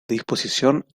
disposición